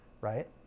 right